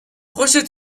خوشتون